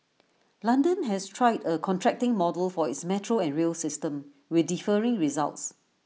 London has tried A contracting model for its metro and rail system with differing results